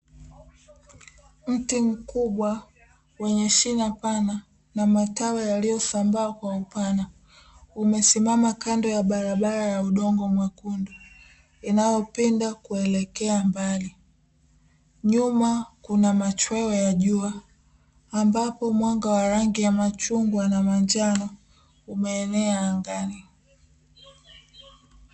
Mti mkubwa wenye shina pana na matawi yaliyosambaa kwa upana umesimama kando ya barabara ya udongo mwekundu inayopinda kuelekea mbali. Nyuma kuna machweo ya jua ambapo mwanga wa rangi ya machungwa na manjano umeenea angani.